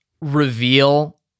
reveal